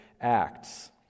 Acts